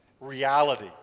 reality